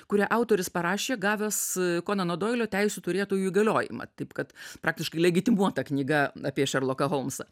kurią autorius parašė gavęs konano doilio teisių turėtojo įgaliojimą taip kad praktiškai legitimuota knyga apie šerloką holmsą